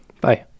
bye